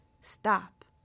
stop